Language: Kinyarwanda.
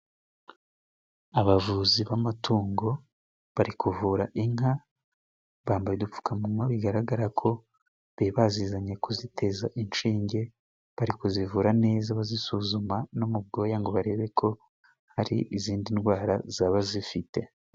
Abavuzi b'amatungo bari kuvura inka bambaye udupfukamunwa bigaragara ko bari bazizanye kuziteza inshinge. Bari kuzivura neza bazisuzuma no mu bwoya ngo barebe ko hari izindi ndwara zaba zifite.